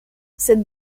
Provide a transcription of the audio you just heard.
cette